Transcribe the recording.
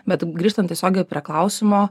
bet grįžtant tiesiogiai prie klausimo